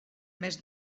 més